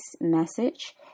message